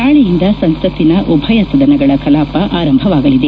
ನಾಳೆಯಿಂದ ಸಂಸತ್ತಿನ ಉಭಯ ಸದನಗಳ ಕಲಾಪ ಆರಂಭವಾಗಲಿದೆ